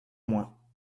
moins